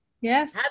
Yes